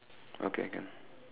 okay can